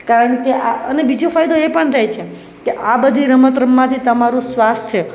કારણકે આ અને બીજો ફાયદો એ પણ થાય છે કે આ બધી રમત રમવાથી તમારું સ્વાસ્થ્ય